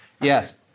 Yes